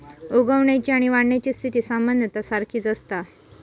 उगवण्याची आणि वाढण्याची स्थिती सामान्यतः सारखीच असता